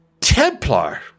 Templar